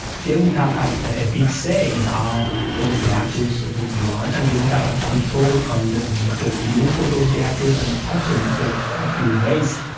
they would have had a big say in how those reactors would be run, and they would have had control on the nuclear fuel for those reactors and also nuclear fuel waste.